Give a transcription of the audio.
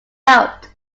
out